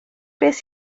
beth